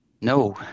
no